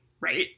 right